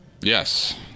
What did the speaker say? yes